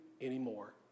anymore